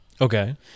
Okay